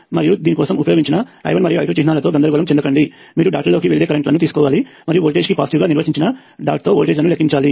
మరియు దీని కోసం ఉపయోగించిన I1 మరియు I2 చిహ్నాలతో గందరగోళం చెందకండి మీరు డాట్లోకి వెళ్లే కరెంట్ లను తీసుకోవాలి మరియు వోల్టేజ్కి పాజిటివ్గా నిర్వచించిన డాట్తో వోల్టేజ్లను లెక్కించాలి